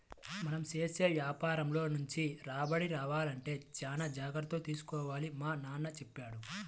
మనం చేసే యాపారంలో మంచి రాబడి రావాలంటే చానా జాగర్తలు తీసుకోవాలని మా నాన్న చెప్పారు